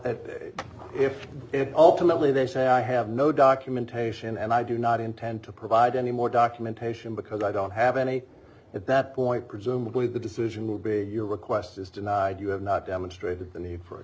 well if ultimately they say i have no documentation and i do not intend to provide any more documentation because i don't have any at that point presumably the decision will be your request is denied you have not demonstrated the need for